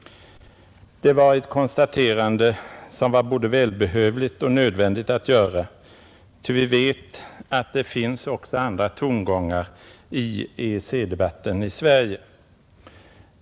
Det var ett konstaterande som var både välbehövligt och nödvändigt att göra, ty vi vet att det finns också andra tongångar i EEC-debatten i Sverige.